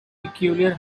peculiar